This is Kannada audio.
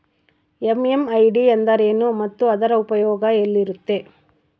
ಎಂ.ಎಂ.ಐ.ಡಿ ಎಂದರೇನು ಮತ್ತು ಅದರ ಉಪಯೋಗ ಎಲ್ಲಿರುತ್ತೆ?